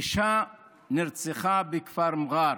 אישה נרצחה בכפר מע'אר,